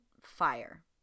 fire